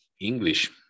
English